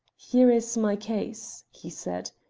here is my case, he said,